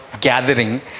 gathering